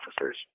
officer's